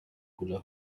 hula